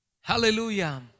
Hallelujah